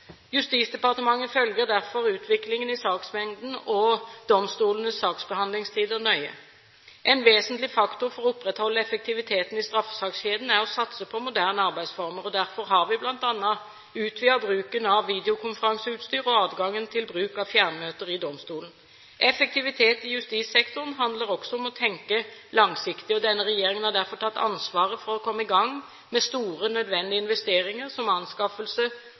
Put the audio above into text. Justisdepartementet følger derfor utviklingen i saksmengden og domstolenes saksbehandlingstider nøye. En vesentlig faktor for å opprettholde effektiviteten i straffesakskjeden er å satse på moderne arbeidsformer. Derfor har vi bl.a. utvidet bruken av videokonferanseutstyr og adgangen til bruk av fjernmøter i domstolene. Effektivitet i justissektoren handler også om å tenke langsiktig. Denne regjeringen har derfor tatt ansvaret for å komme i gang med store, nødvendige investeringer som anskaffelse